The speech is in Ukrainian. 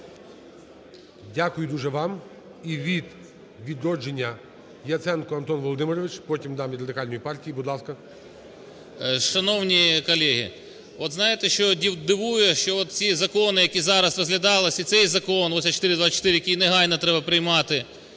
Дякую дуже вам. І від "Відродження" Яценко Антон Володимирович. Потім дам від Радикальної партії. Будь ласка.